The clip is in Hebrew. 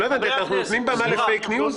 לא הבנתי אנחנו נותנים במה לפייק ניוז?